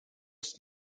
ist